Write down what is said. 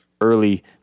early